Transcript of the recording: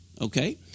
okay